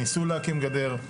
ניסו להקים גדר,